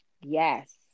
Yes